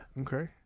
okay